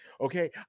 Okay